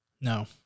No